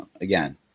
again